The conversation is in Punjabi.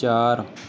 ਚਾਰ